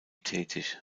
tätig